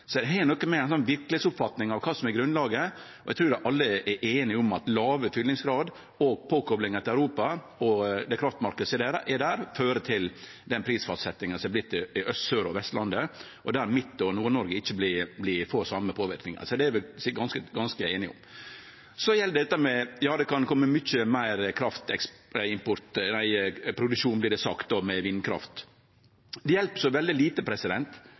har noko med ei verkelegsoppfatning av kva som er grunnlaget å gjere, og eg trur alle er einige om at låg fyllingsgrad og påkoplinga til Europa og kraftmarknaden der fører til prisfastsetjinga på Aust-, Sør- og Vestlandet – der Midt- og Nord-Noreg ikkje får den same påverknaden. Det er vi vel ganske einige om. Så til det at det kan verte mykje meir kraftproduksjon med vindkraft, som det vert sagt. Det hjelper så veldig lite når det omtrent ikkje er kablar og liner i Noreg til å frakte den straumen. Det hjelper